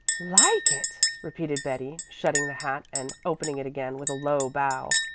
like it! repeated betty, shutting the hat and opening it again with a low bow.